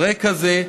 על רקע זה,